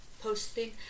posting